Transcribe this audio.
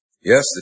Yes